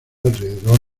alrededor